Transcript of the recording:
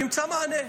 תמצא מענה.